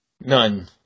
None